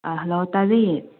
ꯑꯥ hello ꯇꯥꯖꯩꯌꯦ